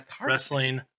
wrestling